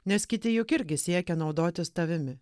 nes kiti juk irgi siekia naudotis tavimi